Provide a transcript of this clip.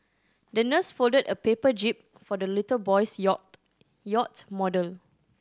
the nurse folded a paper jib for the little boy's yacht yacht model